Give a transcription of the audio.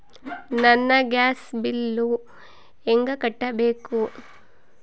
ನನ್ನ gas bill ಹೆಂಗ ಕಟ್ಟಬೇಕು?